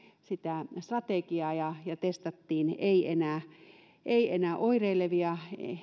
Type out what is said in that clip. sitä strategiaa ja ja ei enää testattu oireilevia